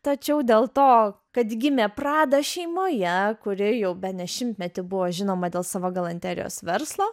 tačiau dėl to kad gimė prada šeimoje kuri jau bene šimtmetį buvo žinoma dėl savo galanterijos verslo